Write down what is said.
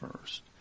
first